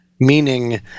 meaning